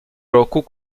roku